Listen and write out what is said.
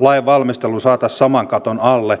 lainvalmistelu saataisiin saman katon alle